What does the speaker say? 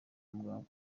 muganga